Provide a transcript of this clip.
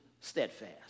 steadfast